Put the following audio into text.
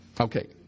Okay